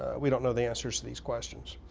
we don't know the answers to these questions.